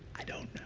i don't